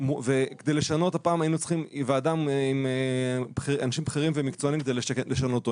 וכדי לשנות פעם היינו צריכים אנשים בכירים ומקצוענים כדי לשנות אותו,